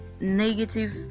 negative